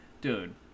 dude